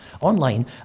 online